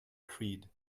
creed